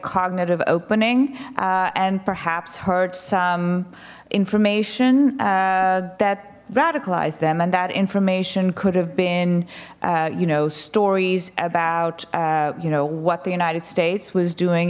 cognitive opening and perhaps hurt some information that radicalized them and that information could have been you know stories about you know what the united states was doing